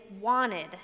wanted